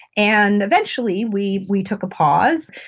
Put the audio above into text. and eventually we we took a pause,